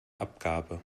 abgabe